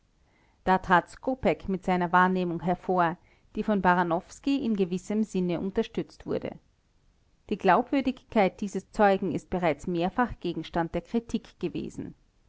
da trat skopeck mit seiner wahrnehmung hervor die von baranowski in gewissem sinne unterstützt wurde die glaubwürdigkeit dieses zeugen ist bereits mehrfach gegenstand der kritik gewesen